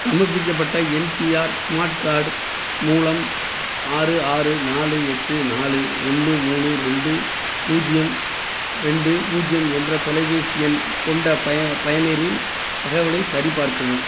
சமர்ப்பிக்கப்பட்ட NPR smart card மூலம் ஆறு ஆறு நாலு எட்டு நாலு ஒன்று மூணு ரெண்டு பூஜ்யம் ரெண்டு பூஜ்யம் என்ற தொலைபேசி எண் கொண்ட ப பயனரின் தகவலைச் சரிபார்க்கவும்